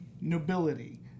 nobility